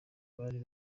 bari